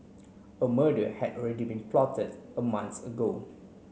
a murder had already been plotted a month ago